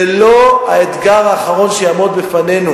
זה לא האתגר האחרון שיעמוד בפנינו.